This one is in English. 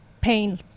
pain